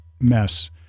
mess